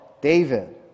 David